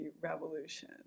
revolution